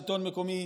שלטון מקומי,